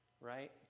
right